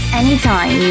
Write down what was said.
anytime